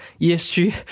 ESG